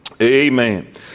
Amen